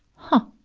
huh!